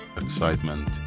excitement